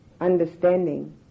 understanding